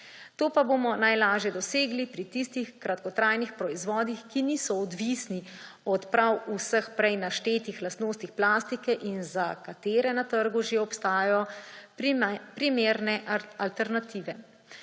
To pa bomo najlažje dosegli pri tistih kratkotrajnih proizvodih, ki niso odvisni od prav vseh prej naštetih lastnostih plastike in za katere na trgu že obstajajo primerne alternative.